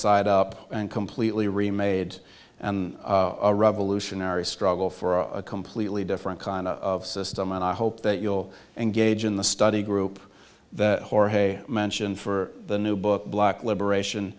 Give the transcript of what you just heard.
side up and completely remade and a revolutionary struggle for a completely different kind of system and i hope that you'll engage in the study group that jorge mentioned for the new book black liberation